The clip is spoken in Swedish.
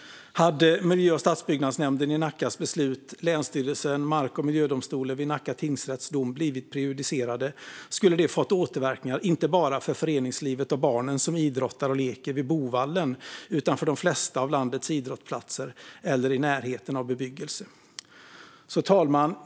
Hade besluten från miljö och stadsbyggnadsnämnden i Nacka och länsstyrelsen och domen från mark och miljödomstolen vid Nacka tingsrätt blivit prejudicerande skulle det fått återverkningar inte bara för föreningslivet och barnen som idrottar och leker vid Boovallen utan också för de flesta av landets idrottsplatser inom eller i närheten av bebyggelse. Fru talman!